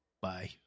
Bye